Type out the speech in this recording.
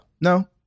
No